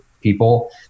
people